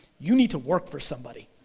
you need to work for somebody.